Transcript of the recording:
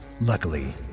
Luckily